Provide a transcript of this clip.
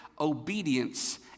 obedience